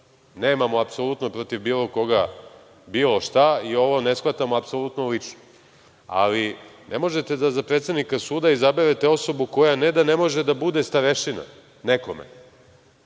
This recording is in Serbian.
Nemamo apsolutno protiv bilo koga bilo šta i ovo ne shvatamo apsolutno lično, ali ne možete da za predsednika suda izaberete osobu koja ne da ne može da bude starešina nekome,